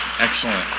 Excellent